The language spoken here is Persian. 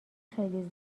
خیلی